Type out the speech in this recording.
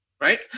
Right